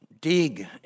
dig